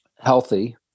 healthy